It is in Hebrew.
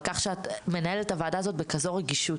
על כך שאת מנהלת את הוועדה הזאת בכזו רגישות.